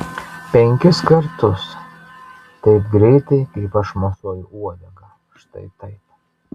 penkis kartus taip greitai kaip aš mosuoju uodega štai taip